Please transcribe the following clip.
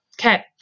Okay